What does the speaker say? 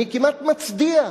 אני כמעט מצדיע.